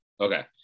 Okay